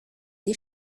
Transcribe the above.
die